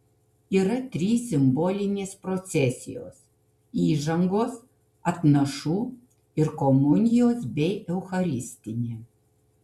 yra trys simbolinės procesijos įžangos atnašų ir komunijos bei eucharistinė